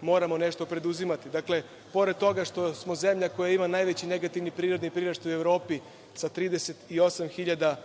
moramo nešto preduzimati. Pored toga što smo zemlja koja ima najveći negativni privredni priraštaj u Evropi sa 38 hiljada